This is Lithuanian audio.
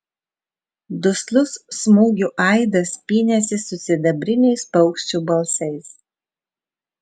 duslus smūgių aidas pynėsi su sidabriniais paukščių balsais